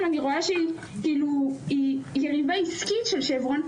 אני רואה שהיא יריבה עסקית של שברון.